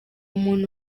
muntu